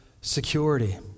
security